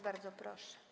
Bardzo proszę.